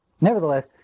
Nevertheless